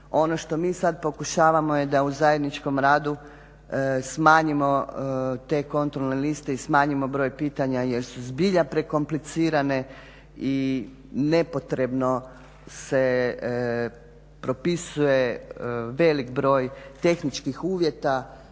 Ono što mi sad pokušavamo je da u zajedničkom radu smanjimo te kontrolne liste i smanjimo broj pitanja jer su zbilja prekomplicirane i nepotrebno se propisuje velik broj tehničkih uvjeta